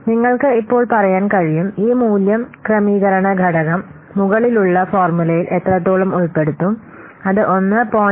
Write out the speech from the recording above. നിങ്ങൾക്ക് ഇപ്പോൾ പറയാൻ കഴിയും ഈ മൂല്യം ക്രമീകരണ ഘടകം മുകളിലുള്ള ഫോർമുലയിൽ എത്രത്തോളം ഉൾപ്പെടുത്തും അത് 1